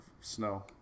snow